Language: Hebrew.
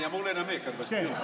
אני אמור לנמק, אני מזכיר לך.